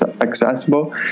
accessible